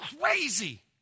crazy